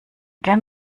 kein